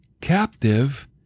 captive